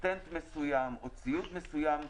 --- מסוים או ציוד מסוים.